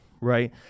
Right